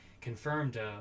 confirmed